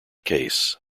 case